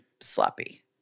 sloppy